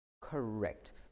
Correct